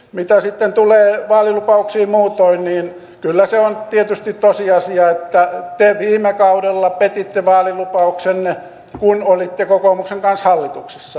mitä sitten tulee vaalilupauksiin muutoin niin kyllä se on tietysti tosiasia että te viime kaudella petitte vaalilupauksenne monessa kohtaa kun olitte kokoomuksen kanssa hallituksessa